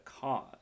cause